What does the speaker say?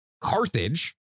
Carthage